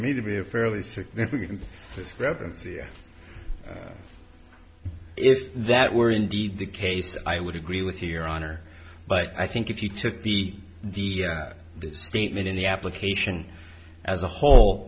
me to be a fairly significant weapon if that were indeed the case i would agree with you your honor but i think if you took the the statement in the application as a whole